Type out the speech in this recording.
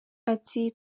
ati